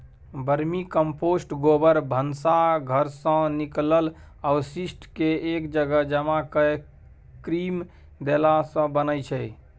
vermicompost गोबर, भनसा घरसँ निकलल अवशिष्टकेँ एक जगह जमा कए कृमि देलासँ बनै छै